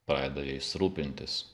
pradeda jais rūpintis